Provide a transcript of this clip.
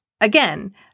again